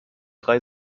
drei